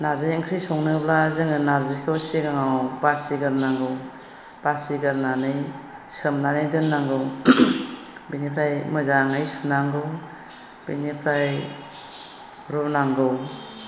नारजि ओंख्रि संनोब्ला जोङो नारजिखौ सिगाङाव बासिगोरनांगौ बासिगोरनानै सोमनानै दोननांगौ बिनिफ्राय मोजाङै सुनांगौ बिनिफ्राय रुनांगौ